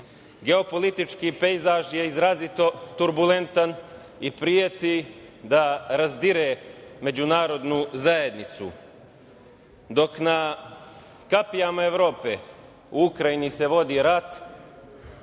Geopolitički pejzaž je izrazito turbulentan i preti da razdire Međunarodnu zajednicu. Dok na kapijama Evrope u Ukrajini se vodi rat